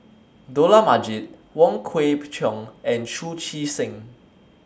Dollah Majid Wong Kwei Cheong and Chu Chee Seng